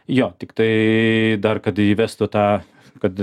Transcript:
jo tiktai dar kad įvestų tą kad